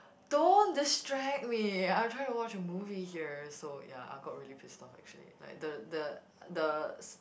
don't distract me I'm trying to watch a movie here so ya I got really pissed off actually like the the the